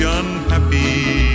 unhappy